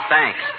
Thanks